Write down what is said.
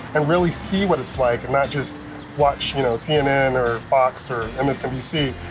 and really see what it's like and not just watch you know cnn or fox or and msnbc.